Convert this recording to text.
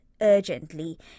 urgently